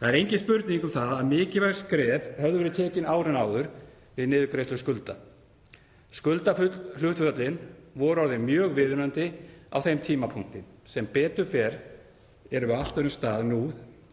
Það er engin spurning um það að mikilvæg skref höfðu verið tekin árin áður við niðurgreiðslu skulda. Skuldahlutföllin voru orðin mjög viðunandi á þeim tímapunkti. Sem betur fer erum við á allt öðrum stað nú